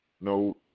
no